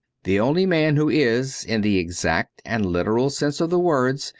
the only man who is, in the exact and literal sense of the words,